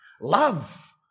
love